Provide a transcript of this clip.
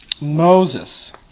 Moses